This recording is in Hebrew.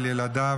אל ילדיו,